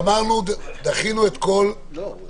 הצבעה ההסתייגות לא אושרה.